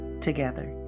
together